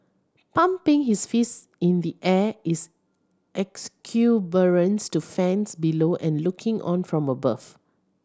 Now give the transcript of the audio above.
pumping his fist in the air is exuberance to fans below and looking on from above